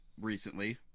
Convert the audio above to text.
recently